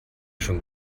schon